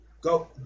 Go